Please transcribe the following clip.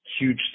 huge